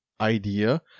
idea